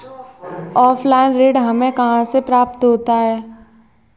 Offline ऋण हमें कहां से प्राप्त होता है?